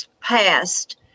passed